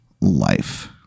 life